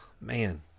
man